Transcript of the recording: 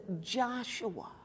Joshua